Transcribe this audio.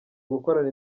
gukorana